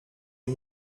you